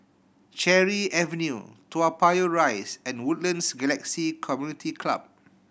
Cherry Avenue Toa Payoh Rise and Woodlands Galaxy Community Club